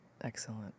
Excellent